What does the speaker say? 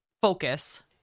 focus